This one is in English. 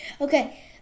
Okay